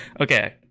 Okay